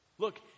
Look